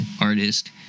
artist